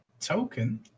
token